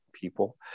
people